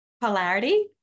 polarity